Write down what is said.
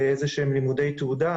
בלימודי תעודה,